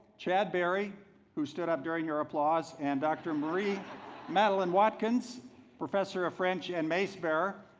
chad barry who stood up during your applause and dr. murray madeleine watkins professor of french and mace bearer,